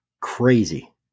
Crazy